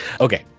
Okay